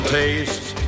taste